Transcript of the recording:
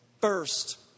first